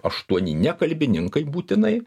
aštuoni ne kalbininkai būtinai